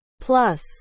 Plus